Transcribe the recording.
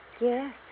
Yes